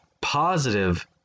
positive